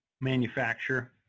manufacturer